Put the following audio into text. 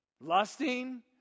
lusting